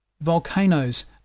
Volcanoes